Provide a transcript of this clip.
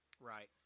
Right